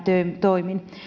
toimin